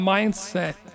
Mindset